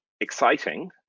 exciting